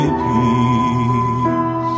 peace